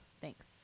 Thanks